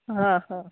ಹಾಂ ಹಾಂ